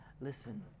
listen